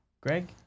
Greg